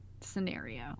scenario